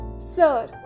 Sir